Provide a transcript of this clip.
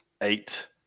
eight